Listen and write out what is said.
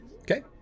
Okay